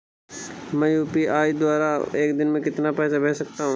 मैं यू.पी.आई द्वारा एक दिन में कितना पैसा भेज सकता हूँ?